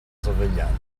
sorveglianza